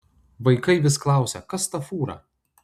vaikai vis klausia kas ta fūra